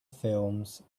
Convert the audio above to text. films